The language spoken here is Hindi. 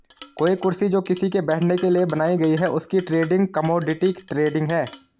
कोई कुर्सी जो किसी के बैठने के लिए बनाई गयी है उसकी ट्रेडिंग कमोडिटी ट्रेडिंग है